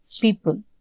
people